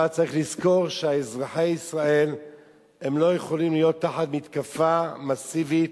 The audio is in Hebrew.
אבל צריך לזכור שאזרחי ישראל לא יכולים להיות תחת מתקפה מסיבית,